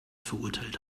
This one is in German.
verurteilt